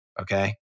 Okay